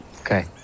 Okay